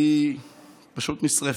והיא פשוט נשרפת: